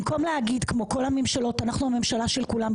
במקום להגיד כמו כל הממשלות שאנחנו הממשלה של כולם,